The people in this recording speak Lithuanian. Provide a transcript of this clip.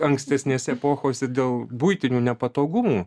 kaip ankstesnėse epochose dėl buitinių nepatogumų